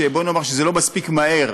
בוא נאמר שזה לא מספיק מהר,